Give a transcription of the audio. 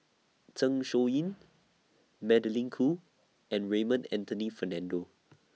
Zeng Shouyin Magdalene Khoo and Raymond Anthony Fernando